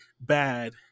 bad